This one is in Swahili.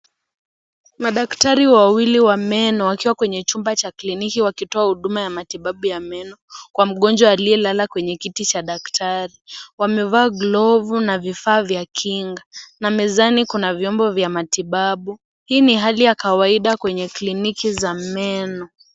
Madaktari wawili wa meno wakiwa kwenye chumba cha kliniki wakitoa huduma ya matibabu ya meno kwa mgonjwa aliyelala kwenye kiti cha daktari. Wamevaa glovu na vifaa vya kinga na mezani kuna vyombo vya matibabu. Hii ni hali ya kawaida kwenye kliniki za meno.